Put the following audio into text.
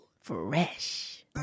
Fresh